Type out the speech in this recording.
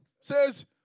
says